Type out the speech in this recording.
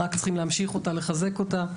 רק צריכים להמשיך אותה ולחזק אותה,